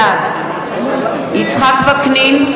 בעד יצחק וקנין,